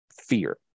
fear